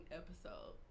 episode